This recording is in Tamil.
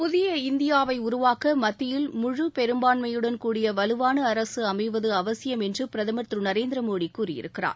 புதிய இந்தியாவை உருவாக்க மத்தியில் முழு பெரும்பான்மையுடன் கூடிய வலுவான அரசு அமைவது அவசியம் என்று பிரகமர் திரு நரேந்திர மோடி கூறியிருக்கிறார்